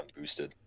unboosted